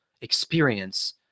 experience